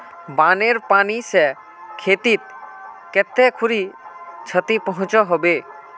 बानेर पानी से खेतीत कते खुरी क्षति पहुँचो होबे?